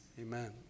Amen